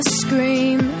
scream